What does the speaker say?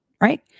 right